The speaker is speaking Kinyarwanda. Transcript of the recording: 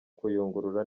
kuyungurura